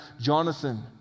Jonathan